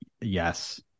yes